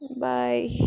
Bye